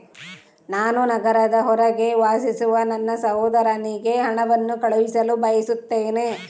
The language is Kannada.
ನಾನು ನಗರದ ಹೊರಗೆ ವಾಸಿಸುವ ನನ್ನ ಸಹೋದರನಿಗೆ ಹಣವನ್ನು ಕಳುಹಿಸಲು ಬಯಸುತ್ತೇನೆ